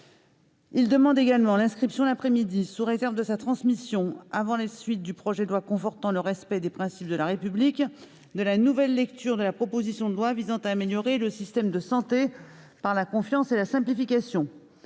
demande également l'inscription, l'après-midi, sous réserve de sa transmission, avant la suite du projet de loi confortant le respect des principes de la République, de la nouvelle lecture de la proposition de loi visant à améliorer le système de santé par la confiance et la simplification.